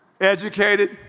educated